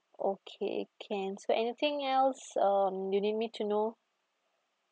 okay can so anything else um you need me to know